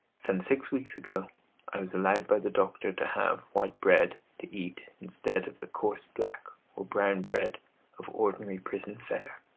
some six weeks ago i was allowed by the doctor to have white bread to eat instead of the coarse black or brown bread of ordinary prison fare.